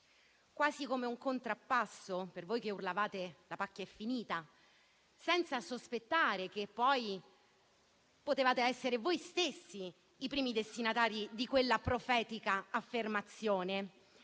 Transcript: quasi come un contrappasso, per voi che urlavate «la pacchia è finita», senza sospettare che poi potevate essere voi stessi i primi destinatari di quella profetica affermazione.